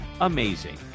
amazing